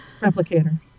replicator